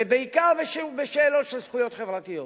ובעיקר בשאלות של זכויות חברתיות.